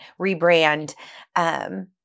rebrand